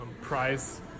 price